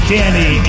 Danny